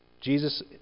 Jesus